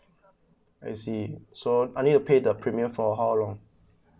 I see so I need to pay the premium for how long